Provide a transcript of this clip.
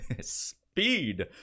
Speed